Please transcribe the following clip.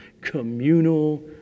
communal